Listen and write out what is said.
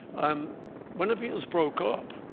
um when the beatles broke up,